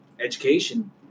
education